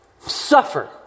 suffer